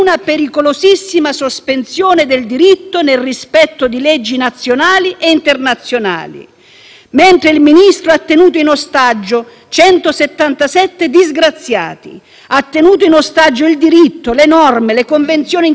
mentre il Ministro ha tenuto in ostaggio 177 disgraziati, il diritto, le norme, le convenzioni internazionali, il codice della navigazione, il Governo e il Parlamento italiano, nonché la politica.